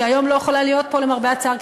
שהיום לא יכולה להיות פה למרבה הצער,